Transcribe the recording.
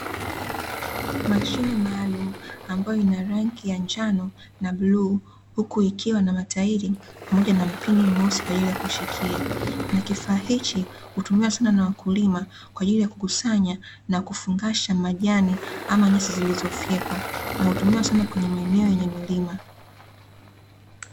Mashine maalumu ambayo ina rangi ya njano na bluu, huku ikiwa na matairi pamoja na mpini mweusi kwaajili ya kushikia. Na kifaa hichi hutumiwa sana na wakulima kwaajili ya kukusanya na kufungasha majani ama nyasi zilizofyekwa, na hutumiwa sana kwenye maeneo yenye milima.